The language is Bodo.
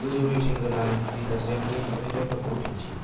गोजौ रेटिं गोनां दिटारजेन्टनि दिहुनथाइफोरखौ दिन्थि